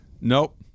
Nope